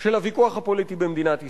של הוויכוח הפוליטי במדינת ישראל.